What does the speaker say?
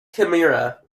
kimura